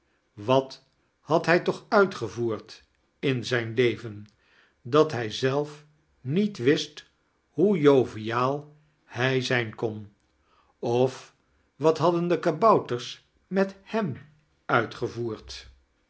wat had hij toch uitgevoerd in zijn leven dat hij zelf niet wist hoe joviaal hij zijn kon of wat hadden de kabouters met h e m uitgevoerd